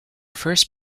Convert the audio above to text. first